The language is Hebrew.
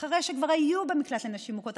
אחרי שכבר היו במעון לנשים מוכות,